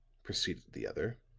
proceeded the other,